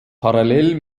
parallel